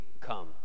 come